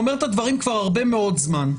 שאומר את הדברים כבר הרבה מאוד זמן,